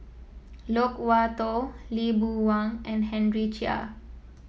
Loke Wan Tho Lee Boon Wang and Henry Chia